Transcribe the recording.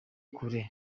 kure